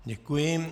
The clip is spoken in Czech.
Děkuji.